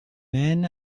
men